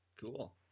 cool